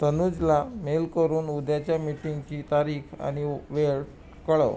तनुजला mail करून उद्याच्या मिटिंगची तारीख आणि वेळ कळव